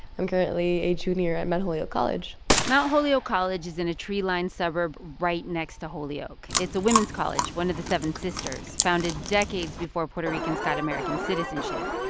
i'm currently a junior at mount holyoke college mount holyoke college is in a tree-lined suburb right next to holyoke. it's a women's college, one of the seven sisters, founded decades before puerto ricans got american citizenship.